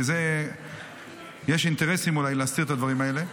כי יש אינטרסים אולי להסתיר את הדברים האלה.